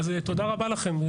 תודה רבה לכם.